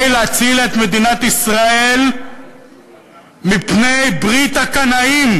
להציל את מדינת ישראל מפני ברית הקנאים,